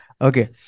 Okay